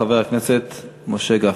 חבר הכנסת משה גפני.